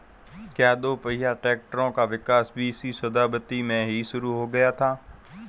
क्या दोपहिया ट्रैक्टरों का विकास बीसवीं शताब्दी में ही शुरु हो गया था?